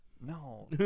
No